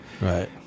Right